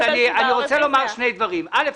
אני רוצה לומר שני דברים: אל"ף,